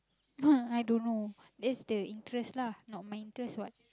no I don't know that's the interest lah not my interest what